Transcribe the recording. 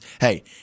Hey